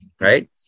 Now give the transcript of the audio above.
right